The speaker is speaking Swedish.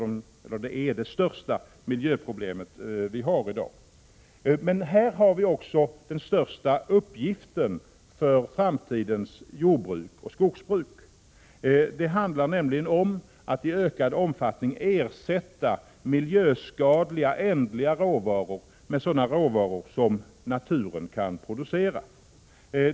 Det är det största miljöproblemet vi har i dag, men här har vi också den största uppgiften för framtidens jordoch skogsbruk. Det handlar nämligen om att i ökad omfattning ersätta miljöskadliga, ändliga råvaror med sådana råvaror som naturen kan producera.